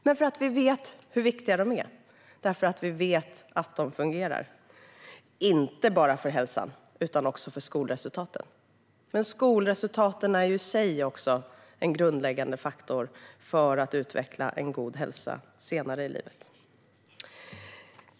Men vi vet hur viktig skolidrotten är och att den fungerar inte bara för hälsan utan också för skolresultaten. Även skolresultaten i sig är en grundläggande faktor för att utveckla en god hälsa senare i livet.